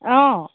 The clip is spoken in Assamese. অঁ